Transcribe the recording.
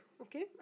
okay